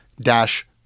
dash